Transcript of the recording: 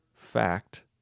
fact